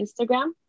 Instagram